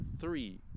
three